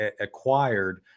acquired